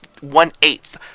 one-eighth